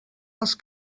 els